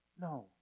No